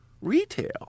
retail